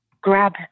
grab